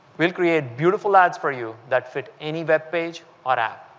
we'll create beautiful ads for you that fit any webpage or app.